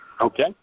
Okay